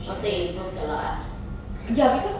oh so you improved a lot ah